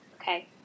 Okay